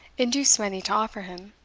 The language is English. induced many to offer him.